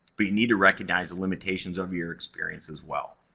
but you need to recognize the limitations of your experience as well.